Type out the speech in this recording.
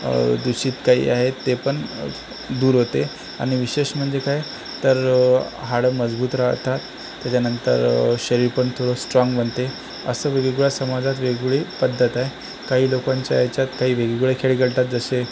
दूषित काही आहेत तेपण दूर होते आणि विशेष म्हणजे काय तर हाडं मजबूत राहतात त्याच्यानंतर शरीरपण थोडं स्ट्राँग बनते असं वेगवेगळ्या समाजात वेगळी पद्धत आहे काही लोकांच्या याच्यात काही वेगळे खेळ खेळतात जसे